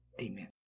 Amen